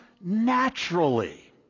naturally